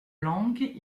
langues